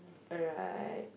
alright